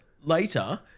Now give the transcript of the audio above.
later